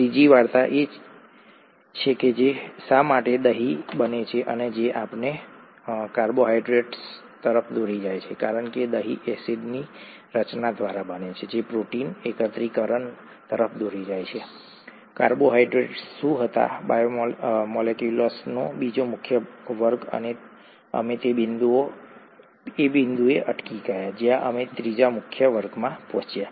ત્રીજી વાર્તા એ છે કે શા માટે દહીં બને છે જે આપણને કાર્બોહાઇડ્રેટ્સ તરફ દોરી જાય છે કારણ કે દહીં એસિડની રચના દ્વારા બને છે જે પ્રોટીન એકત્રીકરણ તરફ દોરી જાય છે કાર્બોહાઇડ્રેટ્સ શું હતા બાયોમોલેક્યુલ્સનો બીજો મુખ્ય વર્ગ અને અમે તે બિંદુએ અટકી ગયા જ્યાં અમે ત્રીજા મુખ્ય વર્ગમાં પહોંચ્યા